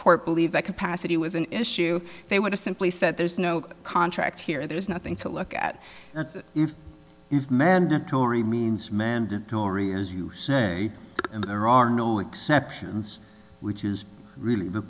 court believe that capacity was an issue they want to simply said there's no contract here there's nothing to look at if you've mandatory means mandatory or as you say there are no exceptions which is really the